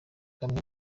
bamwe